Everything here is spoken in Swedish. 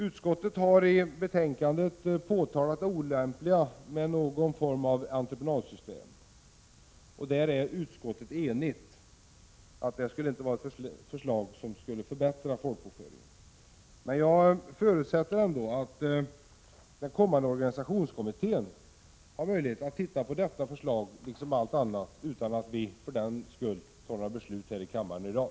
Utskottet har i betänkandet påtalat det olämpliga med någon form av entreprenadsystem. Utskottet är enigt om detta. Det skulle inte vara ett förslag som förbättrade folkbokföringen. Men jag förutsätter ändå att den kommande organisationskommittén kommer att ha möjlighet att titta på detta förslag, liksom på allt annat, utan att vi för den skull fattar några beslut i kammaren i dag.